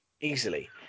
Easily